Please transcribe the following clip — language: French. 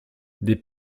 des